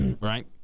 Right